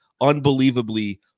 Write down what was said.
unbelievably